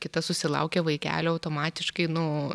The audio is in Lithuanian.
kita susilaukė vaikelio automatiškai nu